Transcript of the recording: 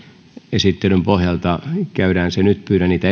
esittelyn pohjalta käydään se nyt pyydän niitä